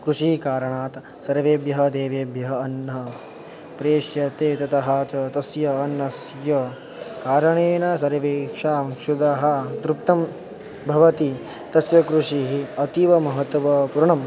कृषिकारणात् सर्वेभ्यः देवेभ्यः अन्नं प्रेष्यते ततः च तस्य अन्नस्य कारणेन सर्वेषां क्षुधा तृप्ता भवति तस्य कृषिः अतीवमहत्त्वापुर्णम्